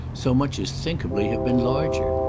so much as thinkably have been larger.